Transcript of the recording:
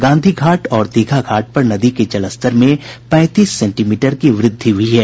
गांधी घाट और दीघा घाट पर नदी के जलस्तर में पैंतीस सेंटीमीटर की वृद्धि हुई है